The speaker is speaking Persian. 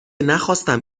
نخواستم